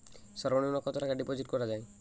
সর্ব নিম্ন কতটাকা ডিপোজিট করা য়ায়?